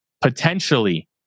Potentially